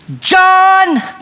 John